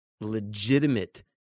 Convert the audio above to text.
legitimate